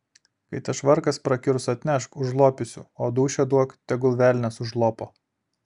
kai tas švarkas prakiurs atnešk užlopysiu o dūšią duok tegul velnias užlopo